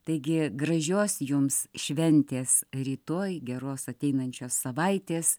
taigi gražios jums šventės rytoj geros ateinančios savaitės